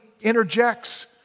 interjects